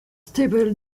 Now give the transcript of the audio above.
stable